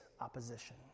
opposition